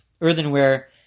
earthenware